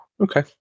Okay